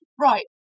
Right